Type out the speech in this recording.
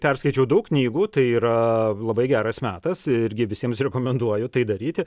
perskaičiau daug knygų tai yra labai geras metas irgi visiems rekomenduoju tai daryti